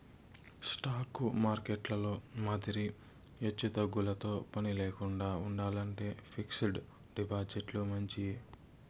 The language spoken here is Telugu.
స్టాకు మార్కెట్టులో మాదిరి ఎచ్చుతగ్గులతో పనిలేకండా ఉండాలంటే ఫిక్స్డ్ డిపాజిట్లు మంచియి